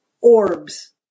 orbs